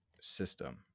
system